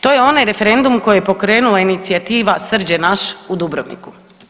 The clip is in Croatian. To je onaj referendum koji je pokrenula inicijativa „Srđ je naš“ u Dubrovniku.